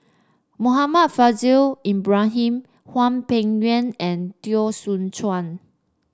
Muhammad Faishal Ibrahim Hwang Peng Yuan and Teo Soon Chuan